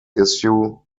issue